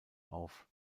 auf